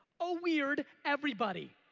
oh weird, everybody.